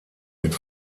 mit